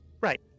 Right